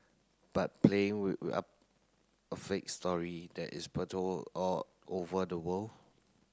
but playing we up a fake story that is all over the world